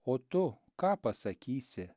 o tu ką pasakysi